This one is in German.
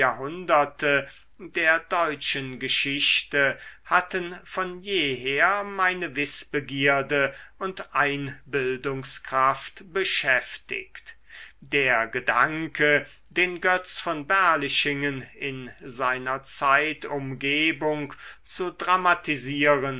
jahrhunderte der deutschen geschichte hatten von jeher meine wißbegierde und einbildungskraft beschäftigt der gedanke den götz von berlichingen in seiner zeitumgebung zu dramatisieren